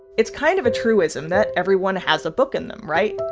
it's kind of a truism that everyone has a book in them, right?